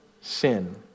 sin